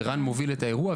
ורן וענבל מובילים את האירוע,